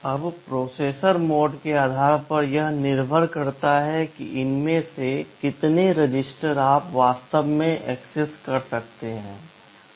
अब processor mode के आधार पर यह निर्भर करता है कि इनमें से कितने रजिस्टर आप वास्तव में एक्सेस कर सकते हैं